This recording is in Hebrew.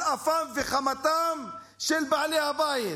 על אפם וחמתם של בעלי הבית?